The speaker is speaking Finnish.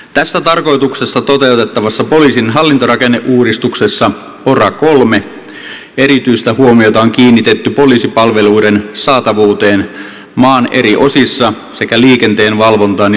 tässä tarkoituksessa toteutettavassa poliisin hallintorakenneuudistuksessa pora iiissa erityistä huomiota on kiinnitetty poliisipalveluiden saatavuuteen maan eri osissa sekä liikenteen valvontaan ja liikenneturvallisuustyöhön